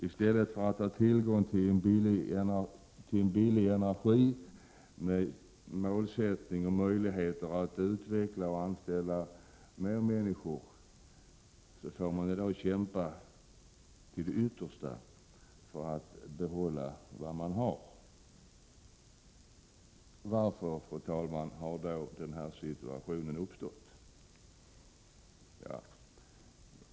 I stället för att ha tillgång till billig energi med målsättning och möjlighet att utveckla och anställa fler människor, får företagen i dag kämpa till det yttersta för att behålla vad de har. Varför, fru talman, har denna situation uppstått?